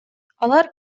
алар